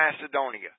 Macedonia